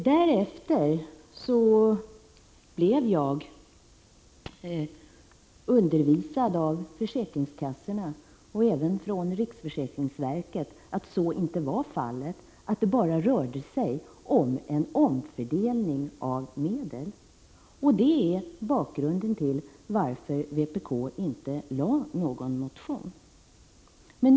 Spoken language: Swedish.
Därefter blev jag informerad av försäkringskassorna och även av riksförsäkringsverket om att så inte var fallet, utan att det bara rörde sig om en omfördelning av medel. Det är bakgrunden till att vpk inte väckte någon motion i frågan.